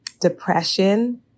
depression